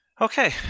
okay